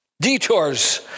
Detours